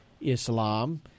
Islam